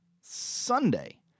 Sunday